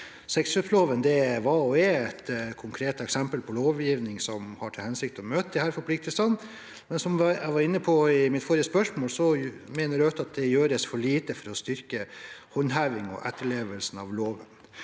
er et konkret eksempel på lovgivning som har til hensikt å møte disse forpliktelsene, men som jeg var inne på i spørsmålet, mener Rødt at det gjøres for lite for å styrke håndhevingen og etterlevelsen av loven.